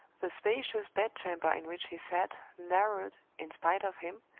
the spacious bed-chamber in which he sat, narrowed, in spite of him,